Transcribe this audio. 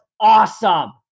awesome